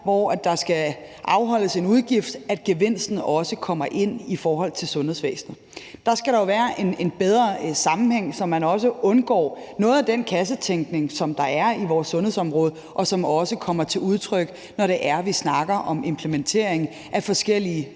hvor der skal afholdes en udgift, at gevinsten også kommer ind, i sundhedsvæsenet. Der skal der jo være en bedre sammenhæng, så man også undgår noget af den kassetænkning, som der er på vores sundhedsområde. Det kommer også til udtryk, når det er, vi snakker om implementering af forskellige